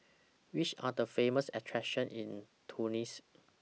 Which Are The Famous attractions in Tunis